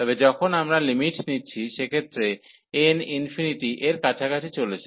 তবে যখন আমরা লিমিট নিচ্ছি সেক্ষেত্রে n ∞ এর কাছাকাছি চলেছে